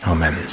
Amen